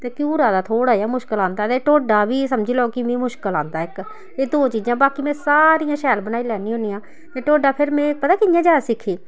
ते घ्यूरा दा थोह्ड़ा जेहा मुश्कल औंदा ते ढोडा बी समझी लेऔ कि मी मुश्कल औंदा ऐ इक एह् दो चीजां बाकी में सब किश सारियां शैल बनाई लैन्नी होन्नी आं में ढोडा फिर में पता कि'यां जाच सिक्खी